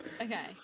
okay